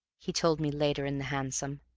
he told me later in the hansom.